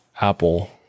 Apple